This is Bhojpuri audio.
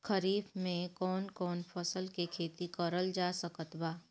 खरीफ मे कौन कौन फसल के खेती करल जा सकत बा?